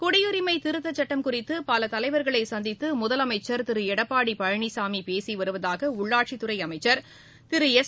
குடியுரிமை திருத்தச்சுட்டம் குறித்து பல தலைவர்களை சந்தித்து முதலமைச்சர் திரு எடப்பாடி பழனிசாமி பேசி வருவதாக உள்ளாட்சித்துறை அமைச்சர் திரு எஸ்